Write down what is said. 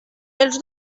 els